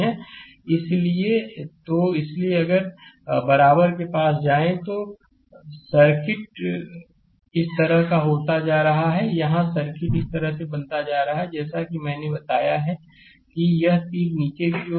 slide समय देखें 1801 तो इसलिए अगर बराबर के पास जाएं तो सर्किट इस तरह का होता जा रहा है यह सर्किट इस तरह बनता जा रहा है जैसा कि मैंने बताया कि यह तीर नीचे की ओर होगा